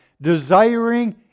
desiring